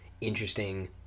interesting